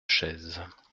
chaises